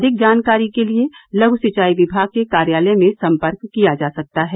अधिक जानकारी के लिए लघू सिंचाई विभाग के कार्यालय में संपर्क किया जा सकता है